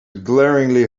glaringly